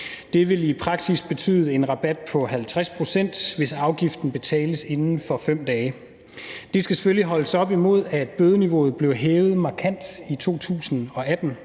Det vil i praksis betyde en rabat på 50 pct., hvis afgiften betales inden for 5 dage. Det skal selvfølgelig holdes op imod, at bødeniveauet blev hævet markant i 2018